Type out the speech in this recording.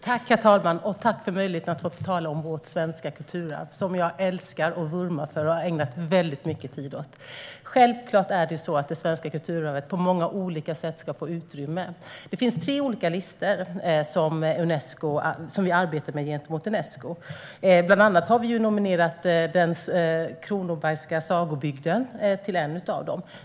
Herr talman! Jag tackar för att jag får möjlighet att tala om vårt svenska kulturarv som jag älskar och vurmar för och har ägnat mycket tid åt. Självklart ska det svenska kulturarvet få utrymme på många olika sätt. Det finns tre olika listor som vi arbetar med gentemot Unesco. Bland annat har vi nominerat Sagobygden i Kronoberg till en av dem.